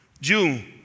June